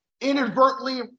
inadvertently